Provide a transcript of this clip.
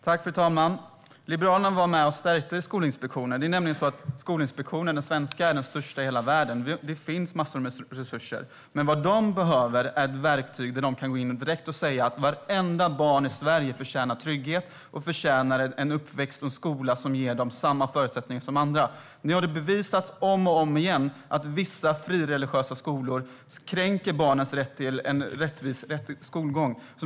Fru talman! Liberalerna var med och stärkte Skolinspektionen. Den svenska Skolinspektionen är den största i hela världen - det finns massor med resurser. Men vad de behöver är ett verktyg så att de direkt kan gå in och säga: Vartenda barn i Sverige förtjänar trygghet. De förtjänar en uppväxt och en skola som ger alla samma förutsättningar. Nu har det bevisats om och om igen att vissa frireligiösa skolor kränker barnens rätt till en rättvis skolgång.